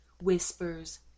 whispers